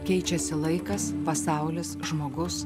keičiasi laikas pasaulis žmogus